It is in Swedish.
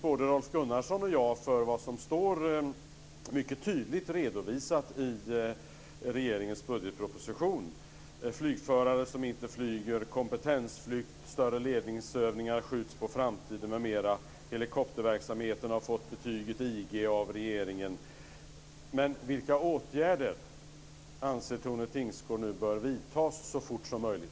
Både Rolf Gunnarsson och jag har redogjort för vad som är mycket tydligt redovisat i regeringens budgetproposition: en flygförare som inte flyger, kompetensflykt, större ledningsövningar som skjuts på framtiden, helikopterverksamheten som har fått betyget IG av regeringen. Vilka åtgärder anser Tone Tingsgård nu bör vidtas så fort som möjligt?